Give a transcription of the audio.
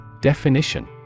Definition